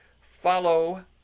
Follow